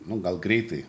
nu gal greitai